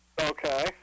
Okay